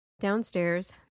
Downstairs